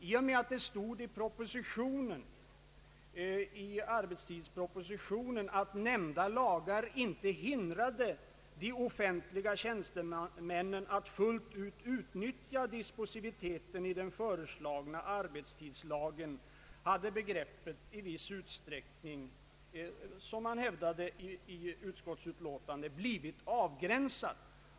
I och med att det i propositionen om allmän arbetstidslag sades att nämnda lagar inte hindrade de offentliga tjänstemännen att fullt utnyttja dispositiviteten i den föreslagna arbetstidslagen, hade begreppet i viss utsträckning — som man hävdade i utskottsutlåtandet — blivit avgränsat.